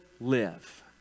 live